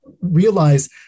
realize